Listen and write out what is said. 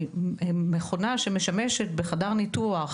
עוד מכונה שמשמשת למשהו בחדר הניתוח